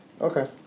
Okay